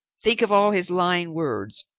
think of all his lying words,